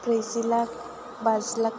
ब्रैजि लाख बाजि लाख